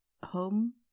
home